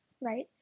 right